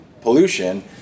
pollution